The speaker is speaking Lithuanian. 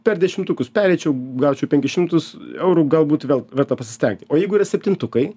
per dešimtukus pereičiau gaučiau penkis šimtus eurų galbūt vel verta pasistengti o jeigu yra septintukai